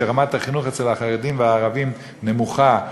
שרמת החינוך אצל החרדים והערבים נמוכה.